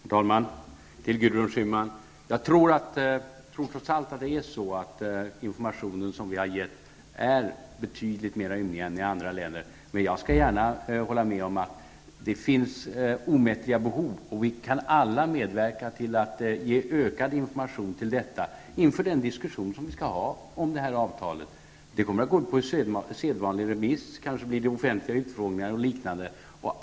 Herr talman! Till Gudrun Schyman vill jag säga att jag trots allt tror att den information som vi har gett är betydligt mera ymnig än informationen i andra länder. Men jag håller gärna med om att det finns omättliga behov, och vi kan alla medverka till att ge ökad information inför den förestående diskussionen om detta avtal. Avtalet kommer att gå ut på sedvanlig remiss och kanske bli föremål för offentliga utfrågningar och liknande.